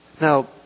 Now